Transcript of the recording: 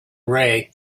ray